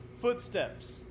footsteps